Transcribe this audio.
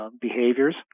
Behaviors